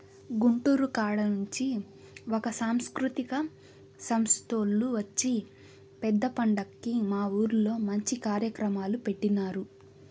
గుంటూరు కాడ నుంచి ఒక సాంస్కృతిక సంస్తోల్లు వచ్చి పెద్ద పండక్కి మా ఊర్లో మంచి కార్యక్రమాలు పెట్టినారు